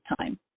time